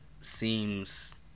seems